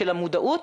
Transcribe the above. של המודעות,